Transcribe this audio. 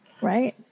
Right